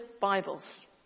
Bibles